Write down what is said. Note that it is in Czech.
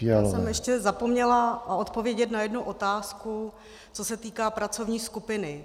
Já jsem ještě zapomněla odpovědět na jednu otázku, co se týká pracovní skupiny.